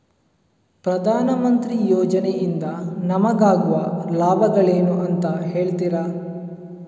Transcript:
ಪ್ರಧಾನಮಂತ್ರಿ ಯೋಜನೆ ಇಂದ ನಮಗಾಗುವ ಲಾಭಗಳೇನು ಅಂತ ಹೇಳ್ತೀರಾ?